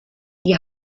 die